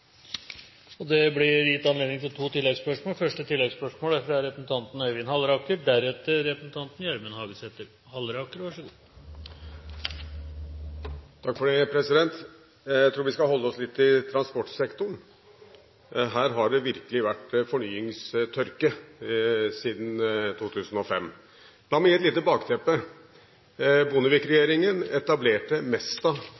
Det blir gitt anledning til to oppfølgingsspørsmål – først Øyvind Halleraker. Jeg tror vi skal holde oss litt til transportsektoren. Her har det virkelig vært fornyingstørke siden 2005. La meg gi et